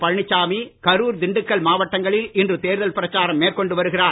பழனிசாமி கரூர் திண்டுக்கல் மாவட்டங்களில் இன்று தேர்தல் பிரச்சாரம் மேற்கொண்டு வருகின்றார்